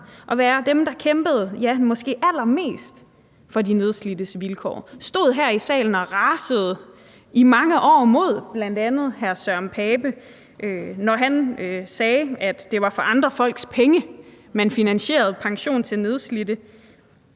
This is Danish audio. var dem, der kæmpede, ja, måske allermest for de nedslidtes vilkår, og som i mange år stod her i salen og rasede mod bl.a. hr. Søren Pape Poulsen, når han sagde, at det var for andre folks penge, man finansierede pension til nedslidte,